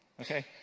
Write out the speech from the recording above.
Okay